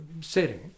setting